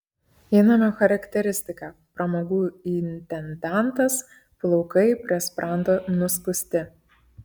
įnamio charakteristika pramogų intendantas plaukai prie sprando nuskusti